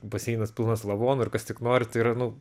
baseinas pilnas lavonų ir kas tik nori tai yra nu